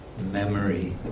memory